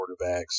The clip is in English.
quarterbacks